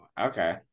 okay